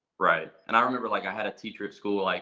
right, and i remember like, i had a teacher at school, like